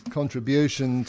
contribution